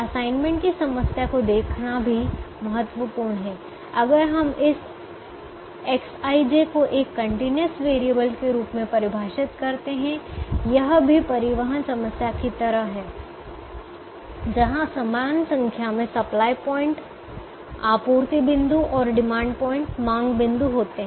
assignment की समस्या को देखना भी महत्वपूर्ण है अगर हम इस Xij को एक कंटीन्यूअस वेरिएबल के रूप में परिभाषित करते हैं यह भी परिवहन समस्या की तरह है जहां समान संख्या में सप्लाई प्वाइंट आपूर्ति बिंदु और डिमांड पॉइंट मांग बिंदु होते हैं